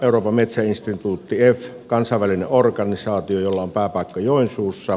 euroopan metsäinstituutti efi kansainvälinen organisaatio jolla on pääpaikka joensuussa